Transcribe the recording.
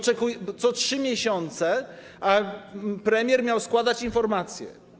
Co 3 miesiące premier miał składać informację.